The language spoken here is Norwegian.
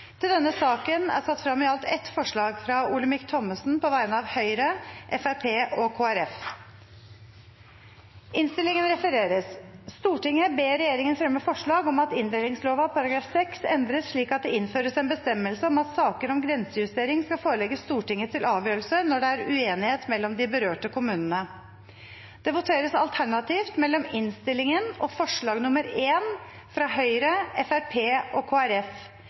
til reduserte uenigheter. Senterpartiet fremmer derfor et representantforslag der vi ber regjeringen legge fram forslag om at inndelingsloven § 6 endres slik at det innføres en bestemmelse om at saker om grensejustering skal forelegges Stortinget til avgjørelse når det er uenighet mellom de berørte kommunene. Og jeg presiserer: Det er kun der det er uenighet mellom kommunene. Flertallet sier i en